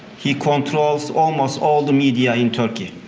he controls almost all the media in turkey.